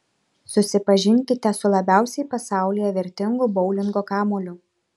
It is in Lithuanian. susipažinkite su labiausiai pasaulyje vertingu boulingo kamuoliu